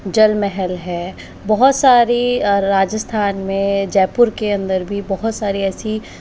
जल महल है बहुत सारी राजस्थान में जयपुर के अंदर भी बहुत सारी ऐसी